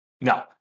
No